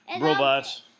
robots